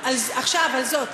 עכשיו, על זאת.